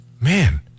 Man